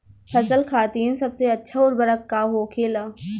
फसल खातीन सबसे अच्छा उर्वरक का होखेला?